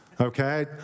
Okay